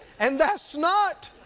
and that's not